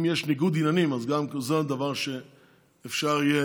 אם יש ניגוד עניינים, גם זה דבר שאפשר יהיה